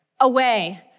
away